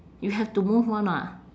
you have to move [one] ah